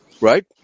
right